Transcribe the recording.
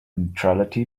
neutrality